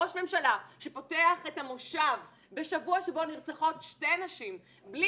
ראש ממשלה שפותח את המושב בשבוע שבו נרצחות שתי נשים בלי